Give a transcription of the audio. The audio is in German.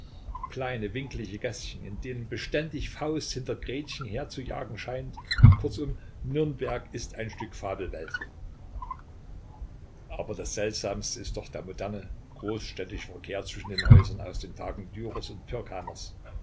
kleine winklige gäßchen in denen beständig faust hinter gretchen herzujagen scheint kurzum nürnberg ist ein stück fabelwelt aber das seltsamste ist doch der moderne großstädtische verkehr zwischen den häusern aus den tagen dürers und